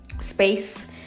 space